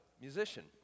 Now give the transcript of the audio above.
musician